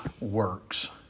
works